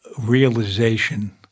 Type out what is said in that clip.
realization